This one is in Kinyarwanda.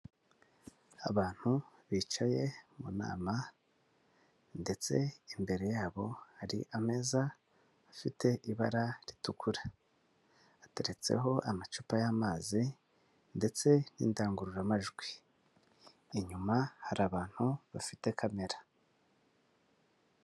Abantu bicaye mu nama ndetse imbere yabo hari ameza afite ibara ritukura, ateretseho amacupa y'amazi ndetse n'indangururamajwi, inyuma hari abantu bafite kamera.